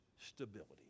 stability